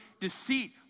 deceit